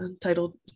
titled